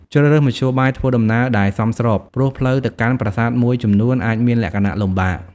ជ្រើសរើសមធ្យោបាយធ្វើដំណើរដែលសមស្រប ព្រោះផ្លូវទៅកាន់ប្រាសាទមួយចំនួនអាចមានលក្ខណៈលំបាក។